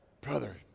Brother